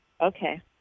Okay